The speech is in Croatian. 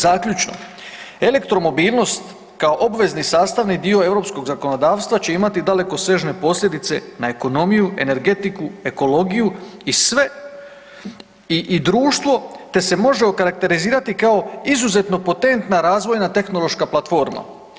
Zaključno, elektromobilnost kao obvezni sastavni dio europskog zakonodavstva će imati dalekosežne posljedice na ekonomiju, energetiku, ekologiju i sve i društvo te se može okarakterizirati kao izuzetno potentna razvojna tehnološka platforma.